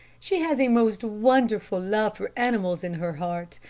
she has a most wonderful love for animals in her heart,